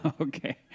okay